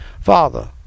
father